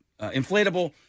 inflatable